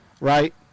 right